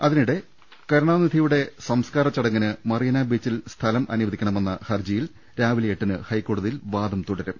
അതിനിടെ കരുണാനിധിയുടെ സംസ്കാര ചടങ്ങിന് മറീന ബീച്ചിൽ സ്ഥലം അനുവദിക്കണമെന്ന ഹർജിയിൽ രാവിലെ എട്ടിന് ഹൈക്കോടതിയിൽ വാദം തുടരും